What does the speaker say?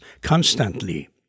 constantly